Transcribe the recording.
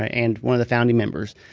ah and one of the founding members.